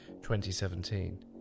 2017